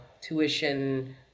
tuition